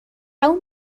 اون